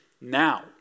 now